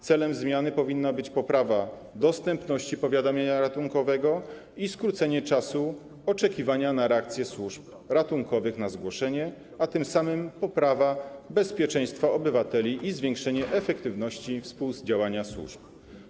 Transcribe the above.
Celem zmiany powinna być poprawa dostępności powiadamiania ratunkowego i skrócenie czasu oczekiwania na reakcję służb ratunkowych na zgłoszenie, a tym samym poprawa bezpieczeństwa obywateli i zwiększenie efektywności współdziałania służb.